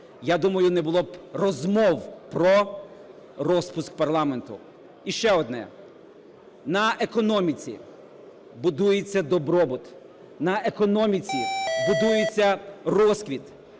я думаю, не було б розмов про розпуск парламенту. І ще одне. На економіці будується добробут. На економіці будується розквіт,